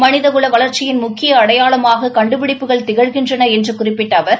மனிதகுல வளர்ச்சியின் முக்கிய அடையாளமாக கண்டுபிடிப்புகள் திகழ்கின்றன என்று குறிப்பிட்ட அவர்